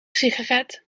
sigaret